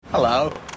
Hello